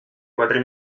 quatre